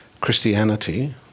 Christianity